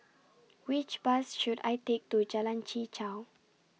Which Bus should I Take to Jalan Chichau